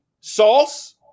Sauce